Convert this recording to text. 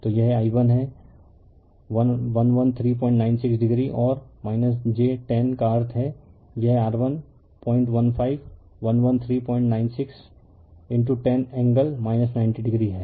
तो यह i1 है 11396 डिग्री और j 10 का अर्थ है यह R1015 1139610 एंगल 90 डिग्री है